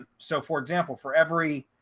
ah so for example, for every